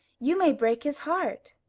you may break his heart.